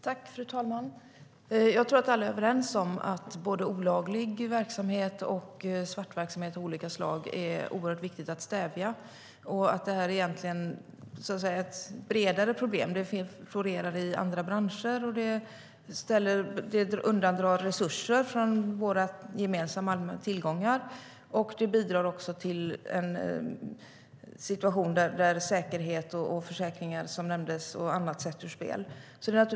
Fru talman! Jag tror att alla är överens om det är viktigt att stävja olaglig verksamhet och svart verksamhet av olika slag. Det är ett bredare problem som florerar i andra branscher. Det undandrar resurser från våra gemensamma allmänna tillgångar. Det bidrar också till att säkerhet, försäkringar och annat sätts ur spel, vilket nämndes.